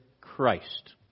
Christ